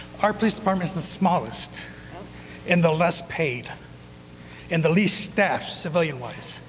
our police department is the smallest and the less paid and the least staffed civilian-wise.